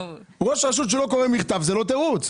ראש רשות שלא קורא מכתב, זה לא תירוץ.